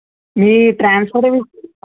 మీ transfer